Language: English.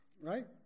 right